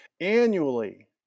annually